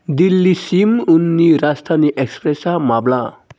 दिल्लिसिम उननि राजधानि एक्सप्रेसा माब्ला